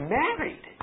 married